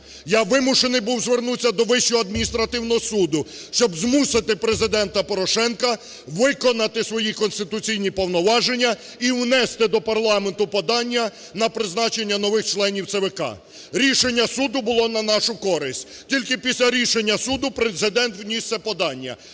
Я змушений був звернутися до Вищого адміністративного суду, щоб змусити Президента Порошенка виконати свої конституційні повноваження і внести до парламенту подання на призначення нових членів ЦВК. Рішення суду було на нашу користь. Тільки після рішення суду Президент вніс це подання.